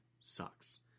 sucks